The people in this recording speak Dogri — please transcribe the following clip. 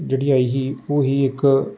जेह्ड़ी ऐ ही ओह् ही इक